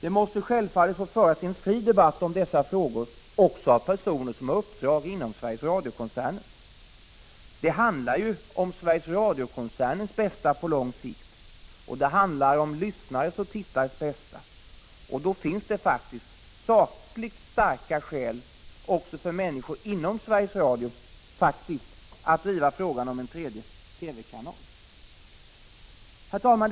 Det måste självfallet få föras en fri debatt om dessa frågor också av personer som har uppdrag inom Sveriges Radio-koncernen. Det handlar om Sveriges Radiokoncernens bästa på lång sikt och om lyssnarnas och tittarnas bästa. Då finns det verkligen sakligt starka skäl också för människor inom Sveriges Radio att driva frågan om en tredje kanal. Herr talman!